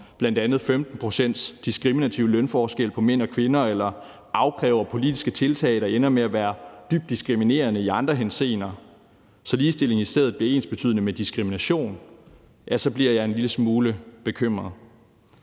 bl.a. en 15 ptc.s diskriminativ lønforskel mellem mænd og kvinder eller kræver politiske tiltag, der ender med at være dybt diskriminerende i andre henseender, så ligestilling i stedet bliver ensbetydende med diskrimination, ja, så bliver jeg en lille smule bekymret.